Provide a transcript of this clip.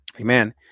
Amen